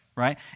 Right